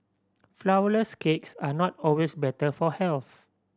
flourless cakes are not always better for health